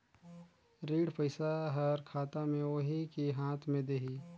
ऋण पइसा हर खाता मे आही की हाथ मे देही?